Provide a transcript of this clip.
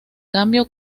cambio